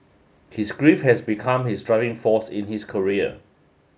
his grief had become his driving force in his career